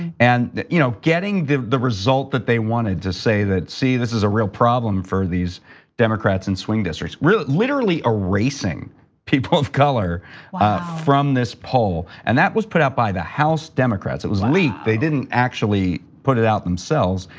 and you know getting the the result that they wanted to say that, see, this is a real problem for these democrats and swing districts, literally erasing people of color from this poll and that was put out by the house democrats. it was leaked, they didn't actually put it out themselves.